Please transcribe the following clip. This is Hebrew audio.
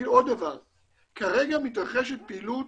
כרגע מתרחשת פעילות